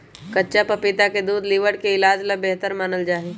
कच्चा पपीता के दूध लीवर के इलाज ला बेहतर मानल जाहई